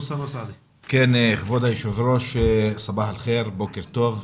בוקר טוב.